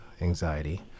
anxiety